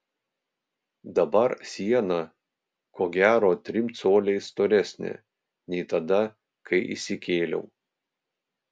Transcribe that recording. dabar siena ko gero trim coliais storesnė nei tada kai įsikėliau